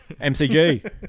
MCG